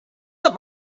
that